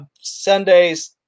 Sundays